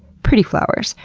pretty flowers.